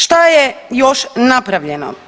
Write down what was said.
Šta je još napravljeno?